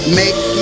make